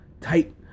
tight